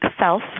Self